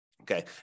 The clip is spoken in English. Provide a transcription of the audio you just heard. Okay